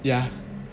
yeah